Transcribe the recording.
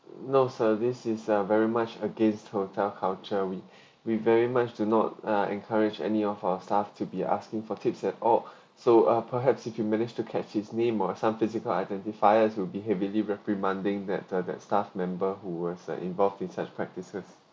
no service is a very much against hotel culture we we very much do not ah encourage any of our staff to be asking for tips at all so uh perhaps if you manage to catch his name or some physical identifier will be heavily reprimanding that the that staff member who was involved in such practices